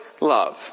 love